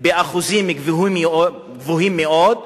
באחוזים גבוהים מאוד,